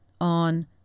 on